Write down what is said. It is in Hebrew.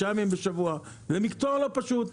זה מקצוע לא פשוט.